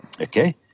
Okay